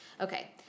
Okay